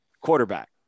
quarterback